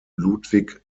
ludwig